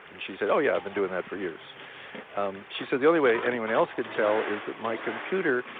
and she said, oh, yeah, i've been doing that for years um she said, the only way anyone else can tell is that my computer,